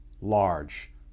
large